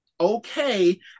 okay